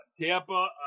Tampa